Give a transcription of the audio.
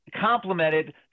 complemented